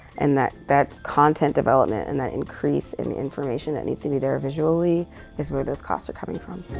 and that that content development and that increase in the information that needs to be there visually is where those costs are coming from.